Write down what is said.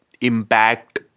impact